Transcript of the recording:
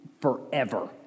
forever